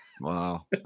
Wow